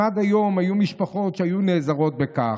אם עד היום היו משפחות שהיו נעזרות בכך,